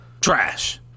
trash